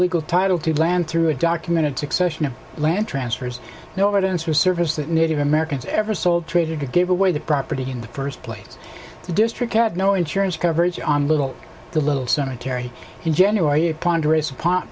a legal title to land through a document accession of land transfers no evidence or service that native americans ever sold traded to give away the property in the first place the district had no insurance coverage on little the little cemetery in january of ponderosa pot